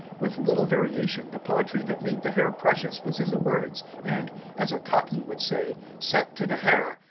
with little variation, the poetry that made the hair precious was in the words, and, as a cockney would say, set to the hair,